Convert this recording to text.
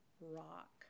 rock